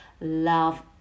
love